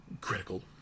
critical